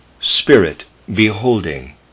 spirit-beholding